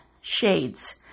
Shades